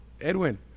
edwin